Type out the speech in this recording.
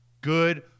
good